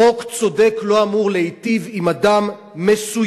חוק צודק לא אמור להיטיב עם אדם מסוים,